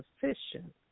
sufficient